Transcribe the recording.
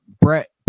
Brett